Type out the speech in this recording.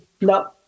No